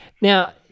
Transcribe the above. now